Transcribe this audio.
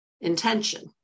intention